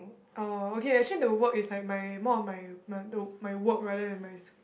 oh okay actually the work is like my more on my my the my work rather than my school